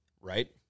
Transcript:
Right